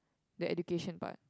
the education part